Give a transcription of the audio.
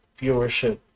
viewership